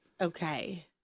Okay